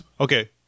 Okay